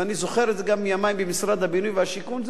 ואני זוכר את זה גם מימי במשרד הבינוי והשיכון,